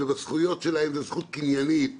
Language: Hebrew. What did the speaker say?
וזאת זכות קניינית שלהם.